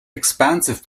expansive